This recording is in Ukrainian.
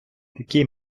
такий